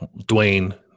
Dwayne